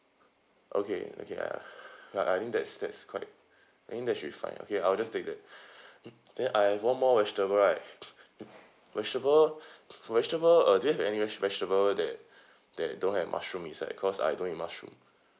okay okay ya ya I mean that's that's quite I mean that should be fine okay I'll just take that mm then I have one more vegetables right vegetable vegetable uh do you have any vegetable that that don't have mushroom inside cause I don't eat mushroom